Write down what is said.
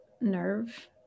nerve